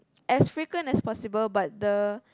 as frequent as possible but the